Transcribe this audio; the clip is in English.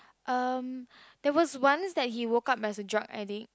um that was once that he woke up as a drug addict